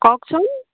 কওকচোন